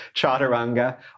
chaturanga